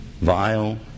Vile